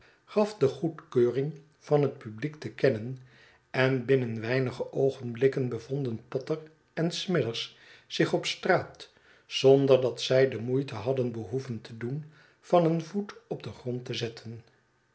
gaf de goedkeuring van het publiek te kennen en binnen weinige oogenblikken bevonden potter en smithers zich op straat zonder dat zij de moeite hadden behoeven te doen van een voet op den grond te zetten